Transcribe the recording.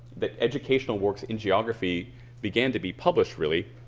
that educational works in geography began to be published really